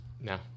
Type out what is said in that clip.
No